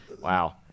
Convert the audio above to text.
Wow